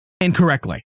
Incorrectly